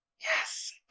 Yes